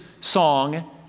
song